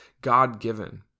God-given